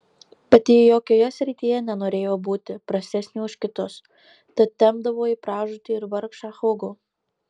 bet ji jokioje srityje nenorėjo būti prastesnė už kitus tad tempdavo į pražūtį ir vargšą hugo